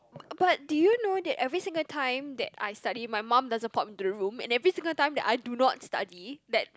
but do you know that every single time that I study my mum doesn't pop into the room and every single time that I do not study that